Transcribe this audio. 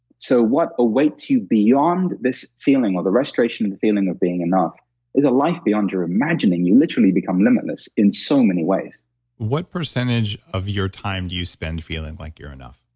so, what awaits you beyond this feeling or the restoration of the feeling of being enough is a life beyond your imagining you literally become limitless in so many ways what percentage of your time do you spend feeling like you're enough?